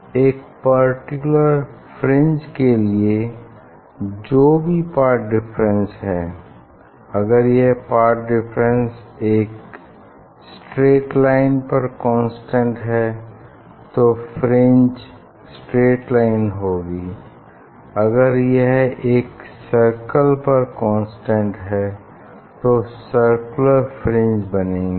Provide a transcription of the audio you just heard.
एक particular fringe के लिए जो भी पाथ डिफरेंस है अगर यह पाथ डिफरेंस एक स्ट्रैट लाइन पर कांस्टेंट है तो फ्रिंज स्ट्रैट लाइन होगी अगर यह एक सर्कल पर कांस्टेंट है तो सर्कुलर फ्रिंज बनेगी